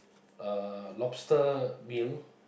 uh lobster meal